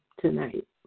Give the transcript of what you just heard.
tonight